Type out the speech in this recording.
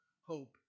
hope